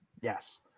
Yes